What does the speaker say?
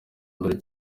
mbere